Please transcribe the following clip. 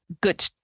good